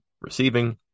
receiving